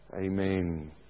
Amen